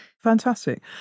fantastic